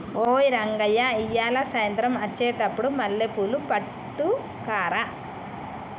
ఓయ్ రంగయ్య ఇయ్యాల సాయంత్రం అచ్చెటప్పుడు మల్లెపూలు పట్టుకరా